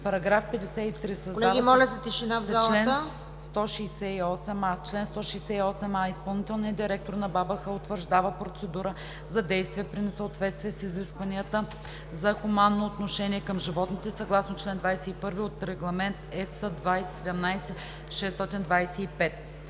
§ 53: „§ 53. Създава се чл. 168а: „Чл. 168а. Изпълнителният директор на БАБХ утвърждава процедура за действия при несъответствие с изискванията за хуманно отношение към животните съгласно чл. 21 от Регламент (ЕС) 2017/625.“